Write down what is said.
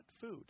food